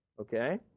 Okay